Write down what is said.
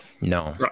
no